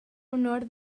honor